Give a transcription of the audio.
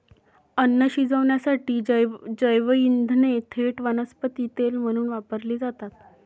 अन्न शिजवण्यासाठी जैवइंधने थेट वनस्पती तेल म्हणून वापरली जातात